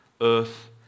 Earth